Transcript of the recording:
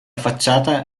facciata